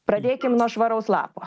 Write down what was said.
pradėkim nuo švaraus lapo